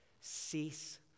Cease